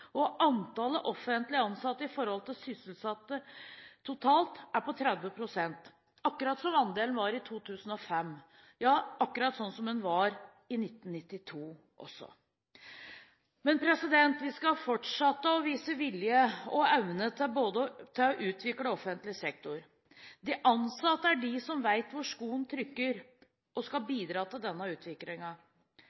Og antallet offentlige ansatte i forhold til sysselsatte totalt er på 30 pst. – akkurat som andelen var i 2005, ja akkurat som den var i 1992 også. Vi skal fortsette å vise vilje og evne til å utvikle offentlig sektor. De ansatte er de som vet hvor skoen trykker, og skal